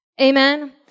Amen